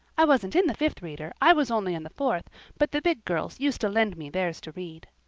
i wasn't in the fifth reader i was only in the fourth but the big girls used to lend me theirs to read.